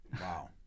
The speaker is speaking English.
Wow